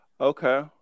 okay